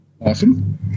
Awesome